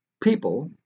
people